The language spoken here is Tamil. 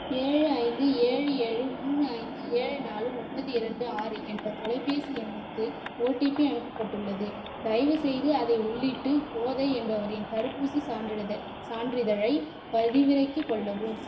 ஏழு ஐந்து ஏழு ஏழு மூணு ஐந்து ஏழு நாலு ஒன்பது இரண்டு ஆறு என்ற தொலைபேசி எண்ணுக்கு ஓடிபி அனுப்பப்பட்டுள்ளது தயவுசெய்து அதை உள்ளிட்டு கோதை என்பவரின் தடுப்பூசி சான்றிதழைப் பதிவிறக்கிக் கொள்ளவும்